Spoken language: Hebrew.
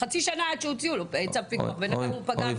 וחצי שנה אחרי כן הוציאו לו צו פיקוח ובינתיים הוא פגע.